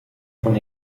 von